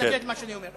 להתנגד למה שאני אומר.